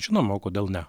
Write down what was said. žinoma o kodėl ne